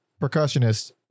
percussionist